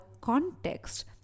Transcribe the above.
context